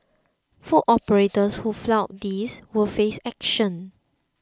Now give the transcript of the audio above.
food operators who flout this will face action